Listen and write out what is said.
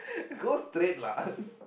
go straight lah